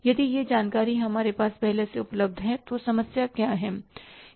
यदि यह जानकारी हमारे पास पहले से उपलब्ध है तो समस्या क्या है